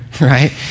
right